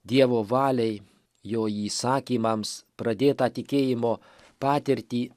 dievo valiai jo įsakymams pradėtą tikėjimo patirtį